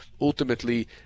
ultimately